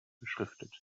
beschriftet